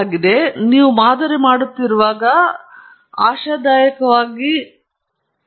ಮತ್ತು ನೀವು ಮಾದರಿ ಮಾಡುತ್ತಿರುವಾಗ ಸಾದೃಶ್ಯ ಆಶಾದಾಯಕವಾಗಿ ನಿಮ್ಮೊಂದಿಗೆ ಉಳಿಯುತ್ತದೆ